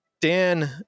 Dan